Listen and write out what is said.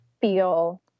feel